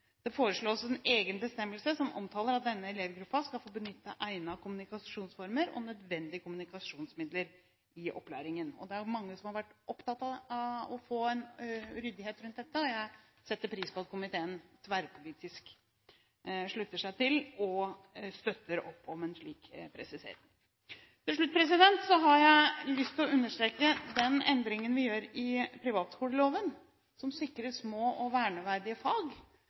Det foreslås en egen bestemmelse som omtaler at denne elevgruppen skal få benytte egnede kommunikasjonsformer og nødvendige kommunikasjonsmidler i opplæringen. Det er mange som har vært opptatt av å få en ryddighet rundt dette, og jeg setter pris på at komiteen tverrpolitisk slutter seg til og støtter opp om en slik presisering. Til slutt har jeg lyst til å understreke den endringen vi gjør i privatskoleloven, som sikrer små og verneverdige fag.